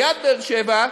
ליד באר-שבע,